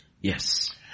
Yes